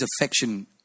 affection